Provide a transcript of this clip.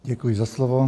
Děkuji za slovo.